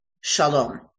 shalom